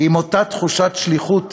עם אותה תחושת שליחות